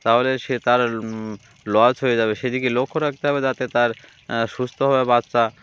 তাহলে সে তার লস হয়ে যাবে সেদিকে লক্ষ্য রাখতে হবে যাতে তার সুস্থভাবে বাচ্চা